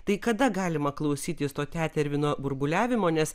tai kada galima klausytis to tetervino burbuliavimo nes